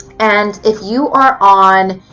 and if you are on.